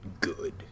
good